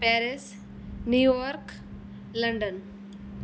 Paris New York London